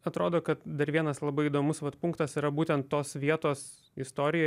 atrodo kad dar vienas labai įdomus vat punktas yra būtent tos vietos istorija